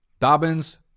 Dobbins